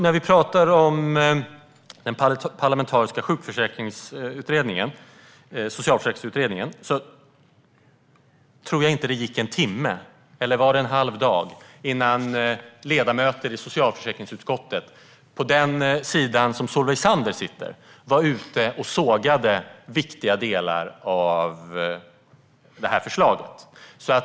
När det gäller den parlamentariska Socialförsäkringsutredningen tror jag inte att det gick en timme - eller var det en halv dag - innan ledamöter i socialförsäkringsutskottet på den sida där Solveig Zander sitter var ute och sågade viktiga delar av förslaget.